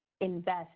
invest